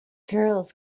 curls